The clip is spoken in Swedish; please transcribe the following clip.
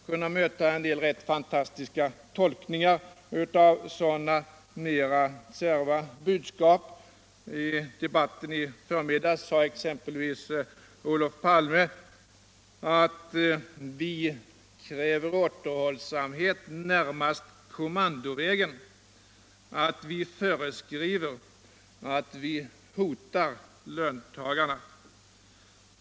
kunnat möta en del rätt fantastiska tolkningar av sådana mera kärva budskap. I debatten i förmiddags sade exempelvis Olof Palme att vi kräver återhållsamhet närmast kommandovägen, att vi föreskriver, att vi hotar löntagarna.